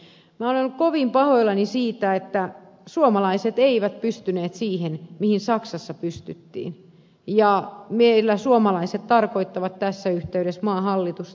olen ollut kovin pahoillani siitä että suomalaiset eivät pystyneet siihen mihin saksassa pystyttiin suomalaiset tarkoittavat tässä yhteydessä maan hallitusta